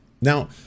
now